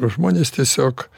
žmonės tiesiog